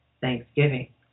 thanksgiving